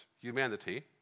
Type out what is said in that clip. humanity